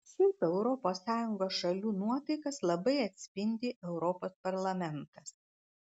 šiaip europos sąjungos šalių nuotaikas labai atspindi europos parlamentas